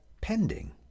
pending